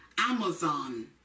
Amazon